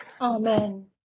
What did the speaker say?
Amen